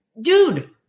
dude